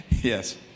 yes